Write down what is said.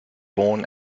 born